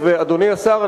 אדוני השר,